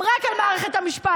הן רק על מערכת המשפט,